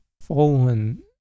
fallen